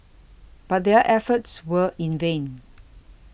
but their efforts were in vain